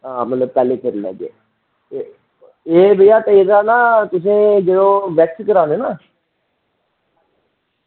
आं मतलब पैह्लें करी लैगे एह् तुसें जेह्ड़े वैक्स कराने ना